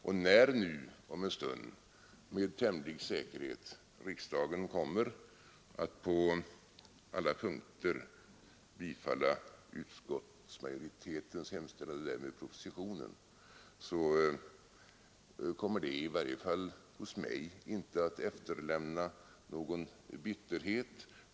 Och när nu om en stund — med tämligen stor säkerhet — riksdagen kommer att på alla punkter bifalla utskottsmajoritetens hemställan och därmed propositionen, så kommer det, i varje fall hos mig, inte att efterlämna någon bitterhet.